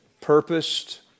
purposed